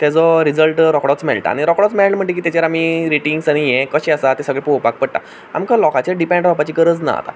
तेचो रिजल्ट रोखडोच मेळटा आनी रोखडोच मेळ्ळो म्हणटकीर तेचेर आमी रेटिंग्स आनी हें कशें आसा तें सगळें पोवपाक पडटा आमकां लोकांचेर डिपेंड रावपाची गरज ना आतां